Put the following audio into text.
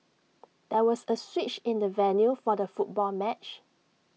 there was A switch in the venue for the football match